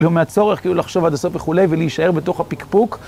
לא מהצורך, כאילו, לחשוב עד הסוף וכולי, ולהישאר בתוך הפקפוק.